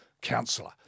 councillor